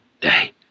day